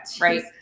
right